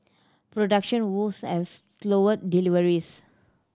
production woes has slowed deliveries